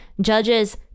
Judges